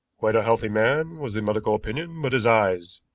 quite a healthy man was the medical opinion but his eyes.